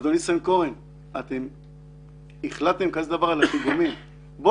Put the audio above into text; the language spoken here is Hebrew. שאם החליטו כזה דבר לגבי הפיגומים אז